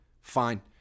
fine